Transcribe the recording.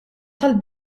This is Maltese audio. tal